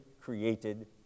created